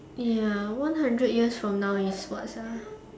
ya one hundred years from now is what sia